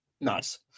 nice